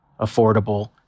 affordable